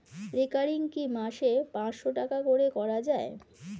Recurring কি মাসে পাঁচশ টাকা করে করা যায়?